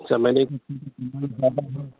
چمیلی